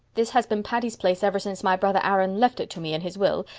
this has been patty's place ever since my brother aaron left it to me in his will,